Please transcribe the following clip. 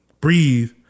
breathe